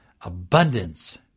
abundance